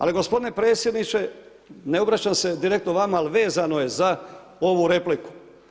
Ali gospodine predsjedniče, ne obraćam se direktno vama, ali vezano je za ovu repliku.